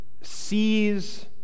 sees